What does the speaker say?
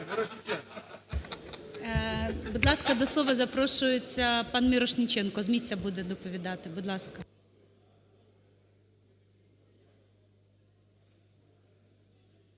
Будь ласка, до слова запрошується пан Мірошніченко. З місця буде доповідати. Будь ласка.